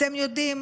אתם יודעים